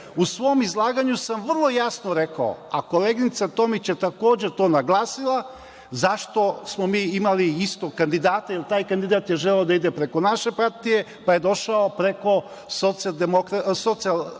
U svom izlaganju sam vrlo jasno rekao, a koleginica Tomić je takođe to naglasila, zašto smo mi imali istog kandidata, jer taj kandidat je želeo da ide preko naše partije, pa je došao preko SNS. Nije